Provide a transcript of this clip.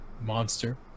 monster